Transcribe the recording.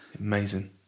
Amazing